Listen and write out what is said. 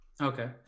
Okay